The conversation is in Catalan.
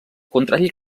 contrari